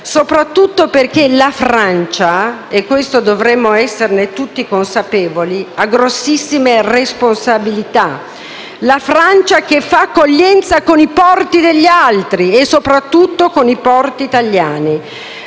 soprattutto perché la Francia - e di questo dovremmo essere tutti consapevoli - ha grossissime responsabilità. La Francia che fa accoglienza con i porti degli altri e soprattutto con i porti italiani;